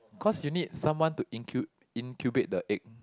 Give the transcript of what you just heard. cause you need someone to incu~ incubate the egg